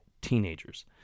teenagers